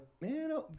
Man